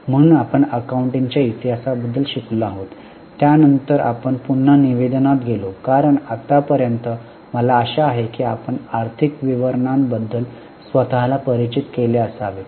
म्हणून आपण अकाउंटिंग च्या इतिहासाबद्दल शिकलो आहोत त्यानंतर आपण पुन्हा निवेदनात गेलो कारण आतापर्यंत मला आशा आहे की आपण आर्थिक विवरणांबद्दल स्वत ला परिचित केले असावे